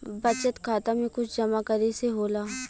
बचत खाता मे कुछ जमा करे से होला?